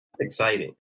Exciting